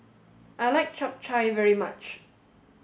I like Chap Chai very much